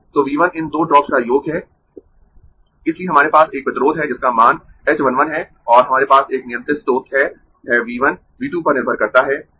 तो V 1 इन दो ड्रॉप्स का योग है इसलिए हमारे पास एक प्रतिरोध है जिसका मान h 1 1 है और हमारे पास एक नियंत्रित स्रोत है है V 1 V 2 पर निर्भर करता है